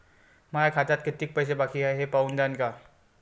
माया खात्यात कितीक पैसे बाकी हाय हे पाहून द्यान का?